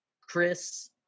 Chris